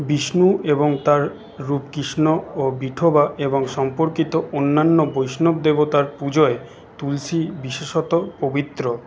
বিষ্ণু এবং তাঁর রূপ কৃষ্ণ ও বিঠোবা এবং সম্পর্কিত অন্যান্য বৈষ্ণব দেবতার পুজোয় তুলসী বিশেষত পবিত্র